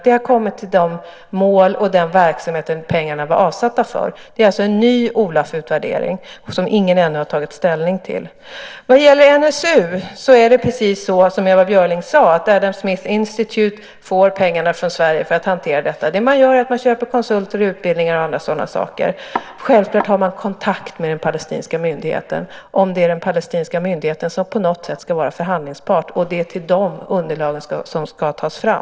De har kommit till de mål och den verksamhet pengarna var avsatta för. Det är alltså en ny OLAF-utvärdering som ingen ännu har tagit ställning till. Vad gäller NSU är det precis som Ewa Björling sade. Adam Smith Institute får pengarna från Sverige för att hantera detta. Man köper konsulter, utbildningar och andra sådana saker. Självklart har man kontakt med den palestinska myndigheten om det är den palestinska myndigheten som på något sätt ska vara förhandlingspart. Det är till dem underlaget ska tas fram.